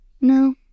No